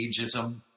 ageism